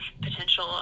potential